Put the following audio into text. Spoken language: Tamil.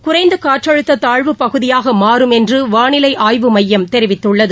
குறைந்த காற்றழுத்த தாழ்வுப்பகுதியாக மாறும் என்று வானிலை ஆயவு மையம் தெரிவித்துள்ளது